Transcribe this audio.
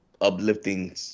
uplifting